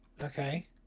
Okay